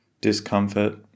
discomfort